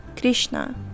Krishna